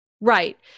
Right